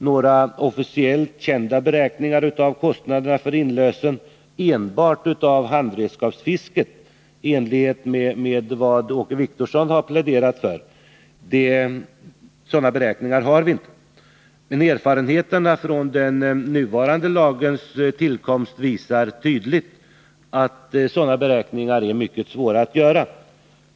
Några officiellt kända beräkningar av kostnaderna för inlösen enbart av handredskapsfisket i enlighet med det Åke Wictorsson här pläderat för har vi inte. Men erfarenheterna från den nuvarande lagens tillkomst visar tydligt att sådana beräkningar är mycket svåra att göra.